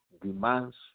demands